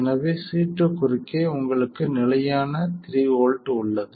எனவே C2 குறுக்கே உங்களுக்கு நிலையான 3 V உள்ளது